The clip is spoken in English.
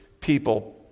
people